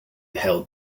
held